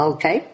Okay